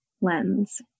lens